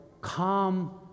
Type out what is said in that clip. calm